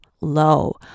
low